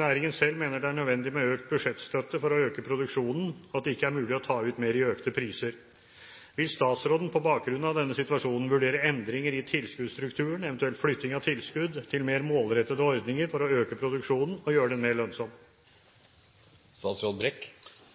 Næringen selv mener det er nødvendig med økt budsjettstøtte for å øke produksjonen, og at det ikke er mulig å ta ut mer i økte priser. Vil statsråden på bakgrunn av situasjonen vurdere endringer i tilskuddstrukturen, eventuelt flytting av tilskudd, til mer målrettede ordninger for å øke produksjonen og gjøre den